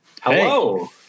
Hello